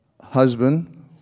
husband